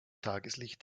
tageslicht